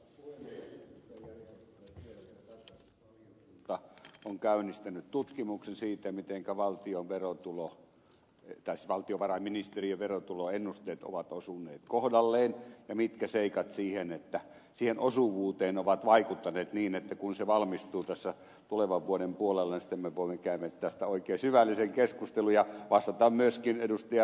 jari koskiselle tiedoksi että tarkastusvaliokunta on käynnistänyt tutkimuksen siitä mitenkä valtiovarainministeriön verotuloennusteet ovat osuneet kohdalleen ja mitkä seikat siihen osuvuuteen ovat vaikuttaneet niin että kun se valmistuu tässä tulevan vuoden puolella sitten me voimme käydä tästä oikein syvällisen keskustelun ja vastata myöskin ed